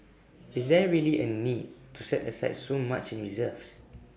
is there really A need to set aside so much in reserves